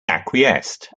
acquiesced